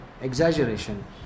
exaggeration